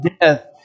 death